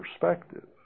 perspective